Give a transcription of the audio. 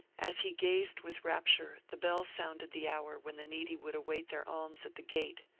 as he gazed with rapture the bell sounded the hour when the needy would await their alms at the gate.